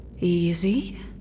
Easy